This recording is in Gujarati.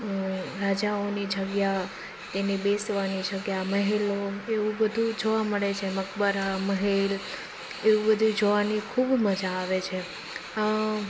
રાજાઓની જગ્યા તેની બેસવાની જગ્યા મહેલો એવું બધું જોવા મળે છે મકબરા મહેલ એવું બધું જોવાની ખૂબ મજા આવે છે